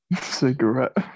Cigarette